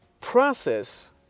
process